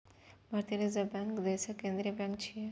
भारतीय reserve bank देशक केंद्रीय बैंक छियै